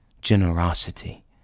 generosity